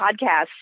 podcasts